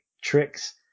tricks